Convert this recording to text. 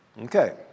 Okay